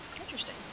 Interesting